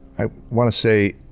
i want to say,